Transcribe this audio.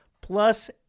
plus